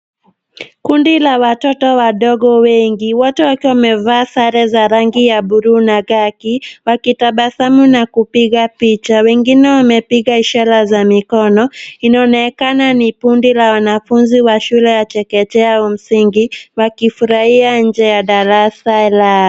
Kundi la watoto wadogo wengi, wote wakiwa wamevaa sare za rangi ya buluu na khaki , wakitabasamu na kupiga picha. Wengine wamepiga ishara za mikono. Inaonekana ni kundi la wanafunzi wa shule ya chekechea au msingi wakifurahia nje ya darasa lao.